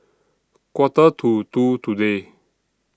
Quarter to two today